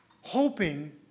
hoping